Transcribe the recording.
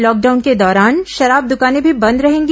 lockdown के दौरान शराब द्कानें भी बंद रहेंगी